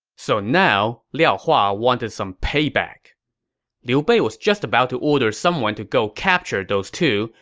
so now liao hua wanted some payback liu bei was just about to order someone to go capture those two